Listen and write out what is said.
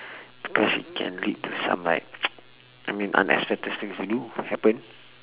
cause it can lead to some like I mean unexpected things do happen